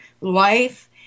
life